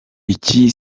iki